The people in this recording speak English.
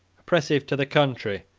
oppressive to the country,